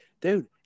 dude